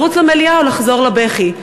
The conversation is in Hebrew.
לרוץ למליאה או לחזור לבכי?